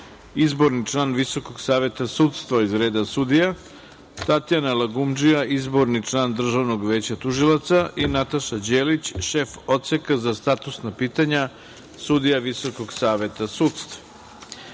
izborni član Visokog saveta sudstva iz reda sudija, Tatjana Lagumdžija, izborni član Državnog veća tužilaca i Nataša Đelić, šef Odseka za statusna pitanja, sudija Visokog saveta sudstva. Saglasno